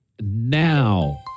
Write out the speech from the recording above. now